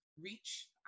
reach